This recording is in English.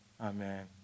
amen